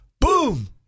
boom